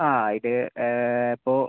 ആ ഇത് ഇപ്പോൾ